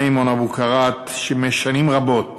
מימון אבוקרט, שימש שנים רבות